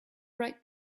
right